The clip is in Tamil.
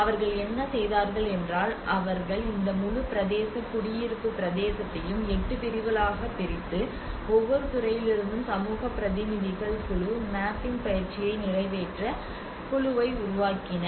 அவர்கள் என்ன செய்தார்கள் என்றால் அவர்கள் இந்த முழு பிரதேச குடியிருப்பு பிரதேசத்தையும் 8 பிரிவுகளாகப் பிரித்து ஒவ்வொரு துறையிலிருந்தும் சமூக பிரதிநிதிகள் குழு மேப்பிங் பயிற்சியை நிறைவேற்ற குழுவை உருவாக்கினர்